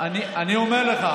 אני אומר לך,